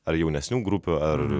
ar jaunesnių grupių ar